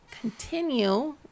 continue